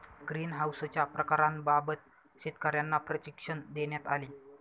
ग्रीनहाउसच्या प्रकारांबाबत शेतकर्यांना प्रशिक्षण देण्यात आले